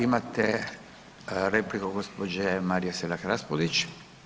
Imate repliku gospođe Marije Selak Raspudić.